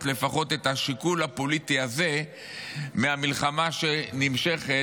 לפחות את השיקול הפוליטי הזה מהמלחמה שנמשכת,